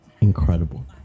incredible